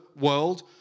world